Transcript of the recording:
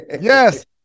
Yes